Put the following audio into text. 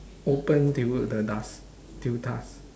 open till w~ the dusk till dusk